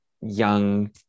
young